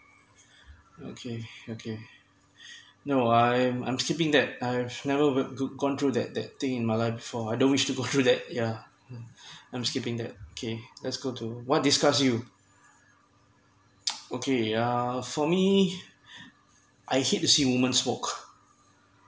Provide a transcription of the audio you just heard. okay okay no I'm I'm skipping that I've never go gone through that that thing in my life before I don't wish to go through that yeah I'm skipping that okay let's go to what disgust you okay ah for me I hate to see woman's walk